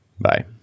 Bye